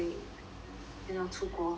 you know 出国